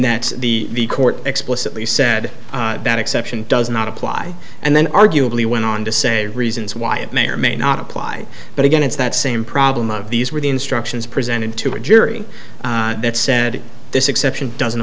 that the court explicitly said that exception does not apply and then arguably went on to say reasons why it may or may not apply but again it's that same problem of these were the instructions presented to a jury that said this exception doesn't